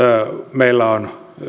meillä on